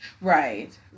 Right